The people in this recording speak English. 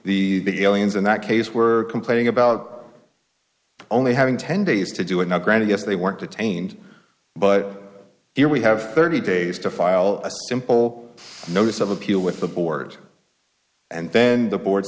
the in that case were complaining about only having ten days to do it now granted yes they weren't detained but here we have thirty days to file a simple notice of appeal with the board and then the board